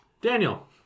Daniel